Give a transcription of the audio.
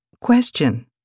Question